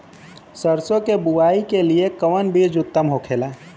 सरसो के बुआई के लिए कवन बिज उत्तम होखेला?